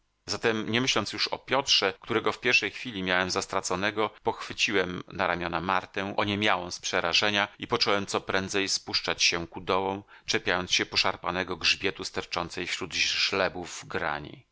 zatem nie myśląc już o piotrze którego w pierwszej chwili miałem za straconego pochwyciłem na ramiona martę oniemiałą z przerażenia i począłem co prędzej spuszczać się ku dołom czepiając się poszarpanego grzbietu sterczącej wśród żlebów grani